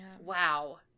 Wow